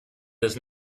does